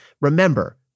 Remember